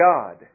God